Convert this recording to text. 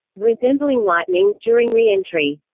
resembling lightning, during re-entry.